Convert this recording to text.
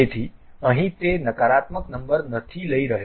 તેથી અહીં તે નકારાત્મક નંબર નથી લઈ રહ્યો